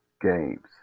games